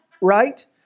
Right